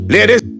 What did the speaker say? Ladies